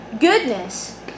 Goodness